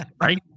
right